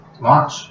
launch